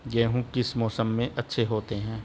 गेहूँ किस मौसम में अच्छे होते हैं?